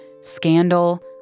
scandal